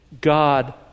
God